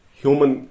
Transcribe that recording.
human